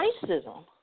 racism